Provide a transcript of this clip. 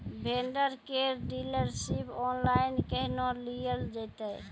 Vendor केर dealership online केहनो लियल जेतै?